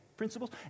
principles